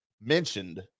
mentioned